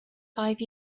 five